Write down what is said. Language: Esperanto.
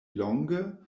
longe